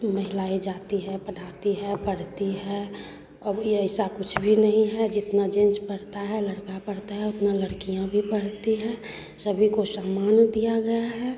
महिलाएँ जाती हैं पढ़ाती हैं और पढ़ती हैं अब यह ऐसा कुछ भी नहीं है जितना जेन्स पढ़ता है लड़का पढ़ता है उतना लड़कियाँ भी पढ़ती हैं सभी को सम्मान दिया गया है